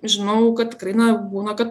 žinau kad tikrai na būna kad